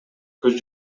көз